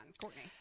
Courtney